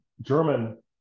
German